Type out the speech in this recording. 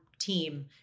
team